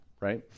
right